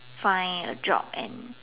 find a job and